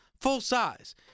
full-size